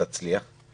נמצא בוועדה